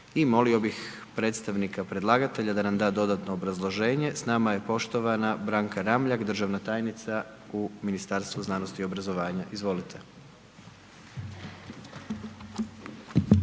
I molio bih predstavnika predlagatelja da nam da dodatno obrazloženje, s nama je poštovana Branka Ramljak državna tajnica u Ministarstvu znanosti obrazovanja, izvolite.